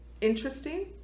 interesting